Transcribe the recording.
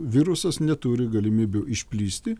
virusas neturi galimybių išplisti